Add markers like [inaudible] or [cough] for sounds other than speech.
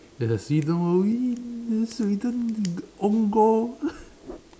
ya just that Sweden won't win Sweden own goal [breath]